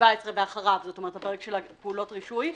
17 ואחריו, זאת אומרת הפרק של פעולות הרישוי.